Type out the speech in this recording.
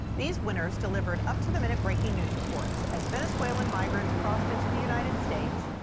these winners delivered up to the minute breaking news reports as venezuelan migrants crossed into the united states.